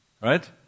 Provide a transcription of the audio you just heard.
Right